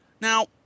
Now